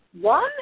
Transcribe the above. One